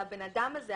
על האדם הזה,